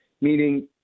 meaning